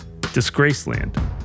Disgraceland